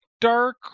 Dark